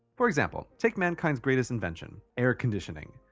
for example, take mankind's greatest invention air conditioning.